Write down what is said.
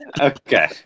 okay